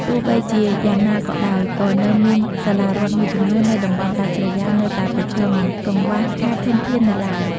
ទោះបីជាយ៉ាងណាក៏ដោយ ក៏នៅមានសាលារដ្ឋមួយចំនួននៅតំបន់ដាច់ស្រយាលនៅតែប្រឈមនឹងកង្វះខាតធនធាននៅឡើយ។